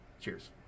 Cheers